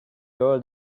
your